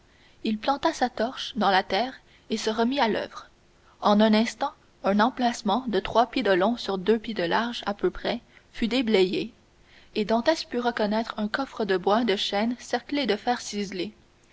il planta sa torche dans la terre et se remit à l'oeuvre en un instant un emplacement de trois pieds de long sur deux pieds de large à peu près fut déblayé et dantès put reconnaître un coffre de bois de chêne cerclé de fer ciselé